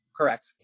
Correct